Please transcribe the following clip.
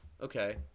Okay